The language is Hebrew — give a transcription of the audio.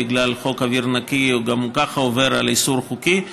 בגלל חוק אוויר נקי הוא גם ככה עובר על איסור חוקי,